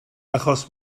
achos